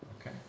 okay